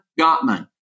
Gottman